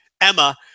Emma